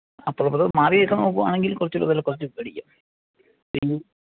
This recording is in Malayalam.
അപ്പുറവും ഇപ്പുറവും മാറിയൊക്കെ നോക്കുവാണെങ്കിൽ കുറച്ച് കൂടെ വില കുററച്ച് മേടിക്കാം സെൻ